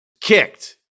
kicked